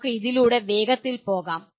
നമുക്ക് ഇതിലൂടെ വേഗത്തിൽ പോകാം